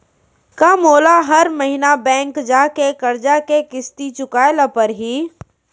का मोला हर महीना बैंक जाके करजा के किस्ती चुकाए ल परहि?